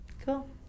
Cool